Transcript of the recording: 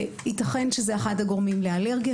וייתכן שזה אחד הגורמים לאלרגיה,